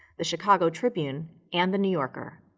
the chicago tribune, and the new yorker.